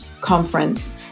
conference